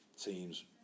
teams